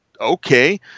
okay